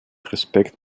respekt